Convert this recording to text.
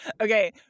okay